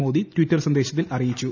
Modi Twitter സന്ദ്രേശ്ത്തീൽ അറിയിച്ചു